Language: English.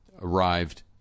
arrived